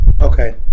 Okay